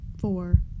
four